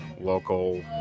local